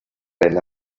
ven